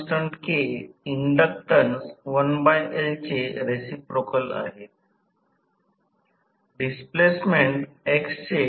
असे केल्यास 3 I2 2r2 सामान् घ्या आहे ते 1 S होईल आणि हा भाग PG आहे कारण PG PG 3 I2 2r2 S